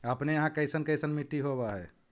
अपने यहाँ कैसन कैसन मिट्टी होब है?